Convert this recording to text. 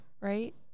right